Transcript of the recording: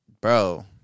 Bro